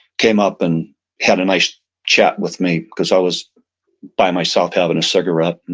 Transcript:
came up and had a nice chat with me because i was by myself having a cigarette.